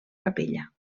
capella